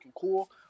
cool